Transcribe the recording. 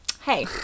hey